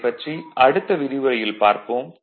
அதைப் பற்றி அடுத்த விரிவுரையில் பார்ப்போம்